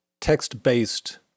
text-based